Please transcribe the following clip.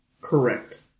Correct